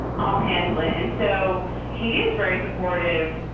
i'll handle it. and so he is very supportive.